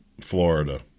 Florida